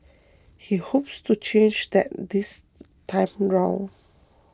he hopes to change that this time round